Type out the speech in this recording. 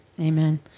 amen